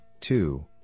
two